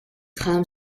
kaum